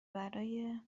برای